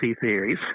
theories